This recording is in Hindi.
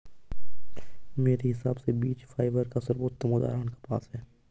मेरे हिसाब से बीज फाइबर का सर्वोत्तम उदाहरण कपास है